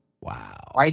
Wow